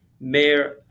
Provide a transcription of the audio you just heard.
mayor